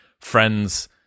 friends